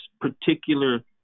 particular